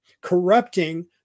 corrupting